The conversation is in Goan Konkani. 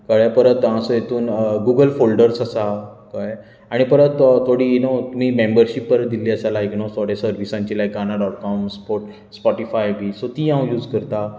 कळ्ळें परत हां सो हेतूंत गुगल फोल्डर्स आसात कळ्ळें आनी परत थोडी यु नो तुमी मेंबर्शीप परत दिल्ली आसा लायक यु नो थोड्या सर्विसांची like Gaana dot com Spotify been so ती हांव यूस करतां